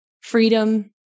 freedom